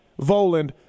Voland